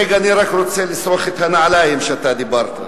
רגע, אני רק רוצה לשרוך את הנעליים, שאתה דיברת.